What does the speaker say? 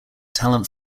talent